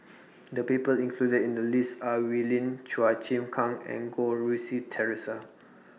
The People included in The list Are Wee Lin Chua Chim Kang and Goh Rui Si Theresa